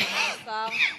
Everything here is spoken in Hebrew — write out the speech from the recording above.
אדוני השר,